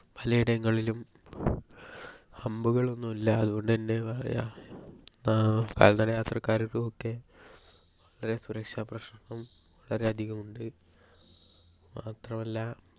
പലയിടങ്ങളിലും ഹമ്പുകൾ ഒന്നുമില്ലാ അതുകൊണ്ട് തന്നേ പറയുക കാൽനട യാത്രക്കാർക്ക് ഒക്കേ സുരക്ഷാ പ്രശ്നങ്ങളും വളരേ അധികമുണ്ട് മാത്രമല്ലാ